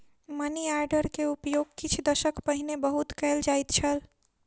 money order के उपयोग किछ दशक पहिने बहुत कयल जाइत छल